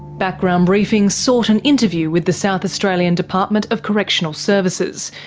background briefing sought an interview with the south australian department of correctional services,